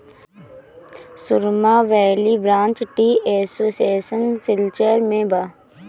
सुरमा valley branch tea association Silchar में बा